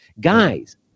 Guys